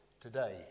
today